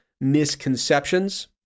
misconceptions